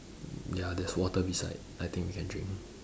ya there's water beside I think we can drink